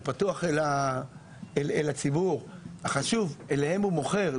הוא פתוח אל הציבור החשוב אליהם הוא מוכר,